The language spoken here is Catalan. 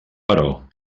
però